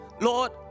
Lord